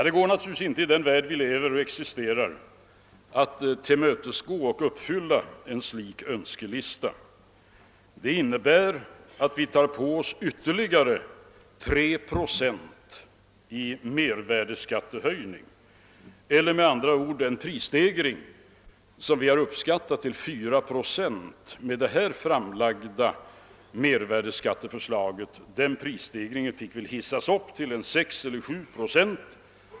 Det går givetvis inte i den värld vi lever i att tillmötesgå kraven i en sådan önskelista. Det skulle innebära att vi tar på oss en ytterligare höjning av mervärdeskatten på 3 procent. Eller, med andra ord, en prisstegring som vi har uppskattat till 4 procent skulle med detta skatteförslag i stället bli 6 eller 7 procent.